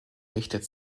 richtet